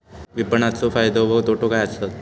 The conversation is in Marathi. विपणाचो फायदो व तोटो काय आसत?